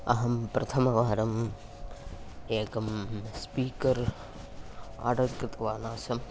अहं प्रथमवारम् एकं स्पीकर् आर्डर् कृतवान् आसम्